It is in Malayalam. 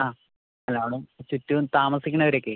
ആ അല്ല അവിടെ ചുറ്റും താമസിക്കുന്നവരൊക്കെ